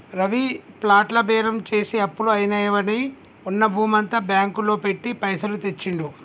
రవి ప్లాట్ల బేరం చేసి అప్పులు అయినవని ఉన్న భూమంతా బ్యాంకు లో పెట్టి పైసలు తెచ్చిండు